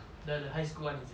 the the high school [one] is it